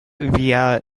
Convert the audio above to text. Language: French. via